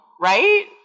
right